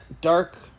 dark